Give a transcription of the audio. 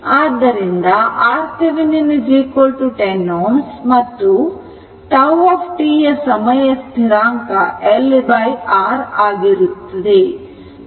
ಆದ್ದರಿಂದ RThevenin 10 Ω ಮತ್ತು τ ಸಮಯ ಸ್ಥಿರಾಂಕ LR ಆಗಿರುತ್ತದೆ